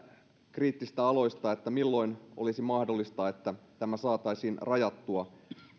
kriittisistä aloista milloin olisi mahdollista että tämä saataisiin rajattua